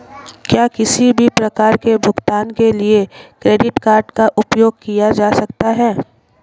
क्या किसी भी प्रकार के भुगतान के लिए क्रेडिट कार्ड का उपयोग किया जा सकता है?